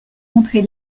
montrée